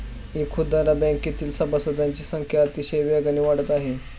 इखुदरा बँकेतील सभासदांची संख्या अतिशय वेगाने वाढत आहे